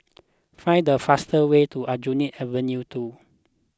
find the faster way to Aljunied Avenue two